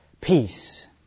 Peace